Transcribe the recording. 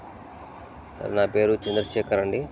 నా పేరు చంద్ర శేఖర్ అండి